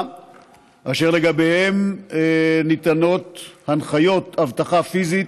אשר לגביהם ניתנות הנחיות: אבטחה פיזית,